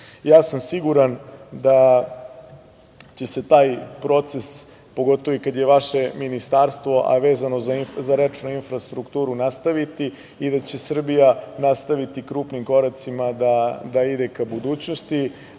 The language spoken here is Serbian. sam siguran da će se taj proces pogotovo i kada je vaše ministarstvo, a vezano za rečnu infrastrukturu nastaviti i da će Srbija nastaviti krupnim koracima da ide ka budućnosti. Ono